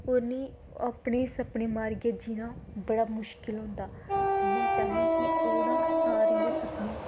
उ'नें अपने सपने मारियै जीना बड़ा मुश्किल होंदा ते में चाह्न्नीं कि ओह् ना सारें दे सपने